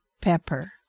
pepper